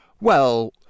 Well